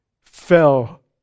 fell